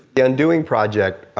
the undoing project